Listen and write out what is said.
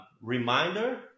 reminder